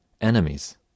enemies